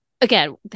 again